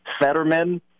Fetterman